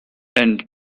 end